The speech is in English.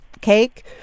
cake